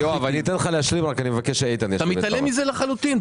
אתה מתעלם מכך לחלוטין.